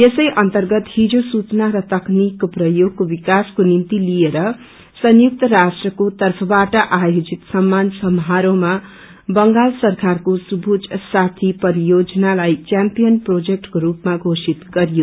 त्यै अर्न्तगत हिजो सूचना र तकनीकको प्रयोगको विकासको निम्ति लिएर संयुक्त राष्ट्रको तर्फबाट आयोजित सम्मान समारोहमा बंगाल सरकारको सकूज साथी परियोजनालाई चेम्पियन प्रोजेक्टको रूपमा घोश्रित गरियो